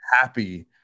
happy